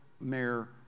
mayor